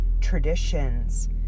traditions